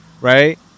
right